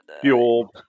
fuel